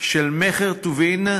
של מכר טובין,